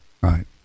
right